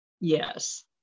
Yes